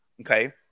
Okay